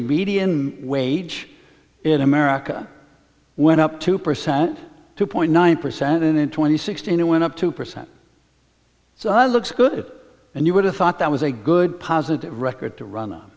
median wage it america went up two percent two point nine percent in twenty sixteen it went up two percent so i looks good and you would have thought that was a good positive record to run